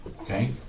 Okay